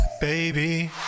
baby